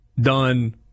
done